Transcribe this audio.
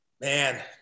Man